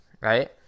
right